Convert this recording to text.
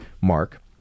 mark